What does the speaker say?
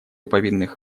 повинных